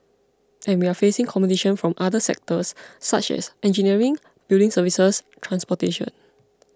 and we're facing competition from the other sectors such as engineering building services transportation